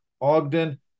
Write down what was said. Ogden